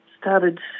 started